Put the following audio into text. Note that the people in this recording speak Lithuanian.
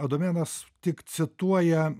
adomėnas tik cituoja